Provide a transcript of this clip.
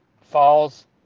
falls